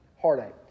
heartache